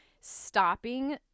stopping